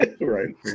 Right